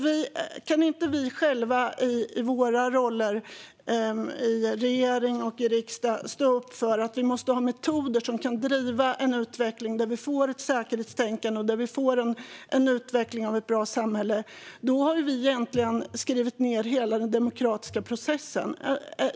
Om inte vi själva i våra roller i regering och i riksdag kan stå upp för att vi måste ha metoder som kan driva en utveckling mot ett säkerhetstänkande och ett bra samhälle har vi egentligen skrivit ned hela den demokratiska processen.